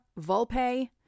Volpe